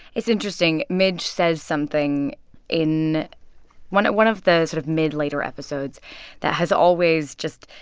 it's interesting. midge says something in one one of the sort of mid, later episodes that has always just,